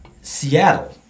Seattle